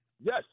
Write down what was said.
yes